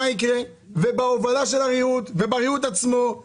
זה ההובלה של הריהוט והריהוט עצמו,